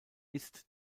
ist